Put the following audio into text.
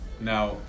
Now